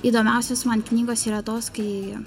įdomiausios man knygos yra tos kai